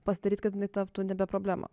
pasidaryt kad jinai taptų nebe problema